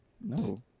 No